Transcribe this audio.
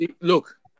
look